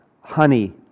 honey